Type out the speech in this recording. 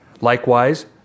Likewise